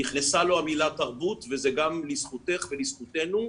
נכנסה לו המילה תרבות וזה גם לזכותך ולזכותנו,